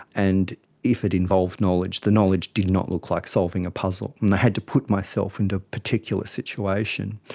and if it involved knowledge, the knowledge did not look like solving a puzzle, and i had to put myself into a particular situation